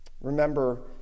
Remember